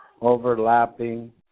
overlapping